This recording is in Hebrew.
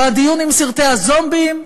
או הדיון עם סרטי הזומבים,